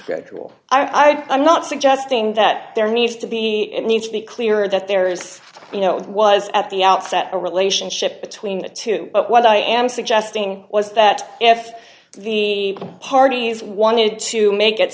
had i'm not suggesting that there needs to be and needs to be clearer that there is you know it was at the outset a relationship between the two but what i am suggesting was that if the parties wanted to make it